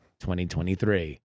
2023